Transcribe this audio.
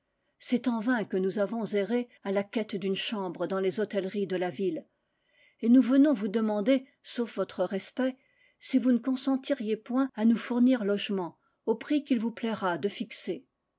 c'est en vain que nous avons erré à la quête d'une chambre dans les hôtelleries de la ville et nous venons vous demander sauf votre respect si vous ne consentiriez point à nous fournir logement au prix qu'il vous plaira de fixer